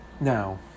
Now